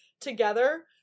together